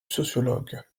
sociologue